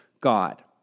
God